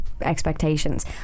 expectations